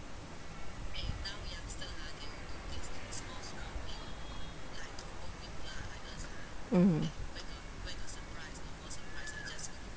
mm